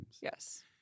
Yes